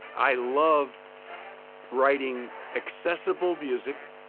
i loved writing accessible music.